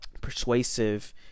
persuasive